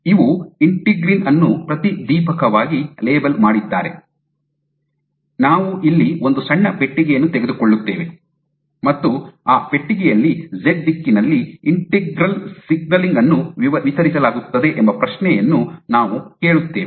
ನಾವು ಇಂಟಿಗ್ರಿನ್ ಅನ್ನು ಪ್ರತಿದೀಪಕವಾಗಿ ಲೇಬಲ್ ಮಾಡಿದ್ದರೆ ನಾವು ಇಲ್ಲಿ ಒಂದು ಸಣ್ಣ ಪೆಟ್ಟಿಗೆಯನ್ನು ತೆಗೆದುಕೊಳ್ಳುತ್ತೇವೆ ಮತ್ತು ಈ ಪೆಟ್ಟಿಗೆಯಲ್ಲಿ ಝೆಡ್ ದಿಕ್ಕಿನಲ್ಲಿ ಇಂಟಿಗ್ರಲ್ ಸಿಗ್ನಲಿಂಗ್ ಅನ್ನು ಹೇಗೆ ವಿತರಿಸಲಾಗುತ್ತದೆ ಎಂಬ ಪ್ರಶ್ನೆಯನ್ನು ನಾವು ಕೇಳುತ್ತೇವೆ